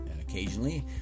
occasionally